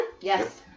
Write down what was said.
Yes